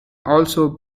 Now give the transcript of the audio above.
also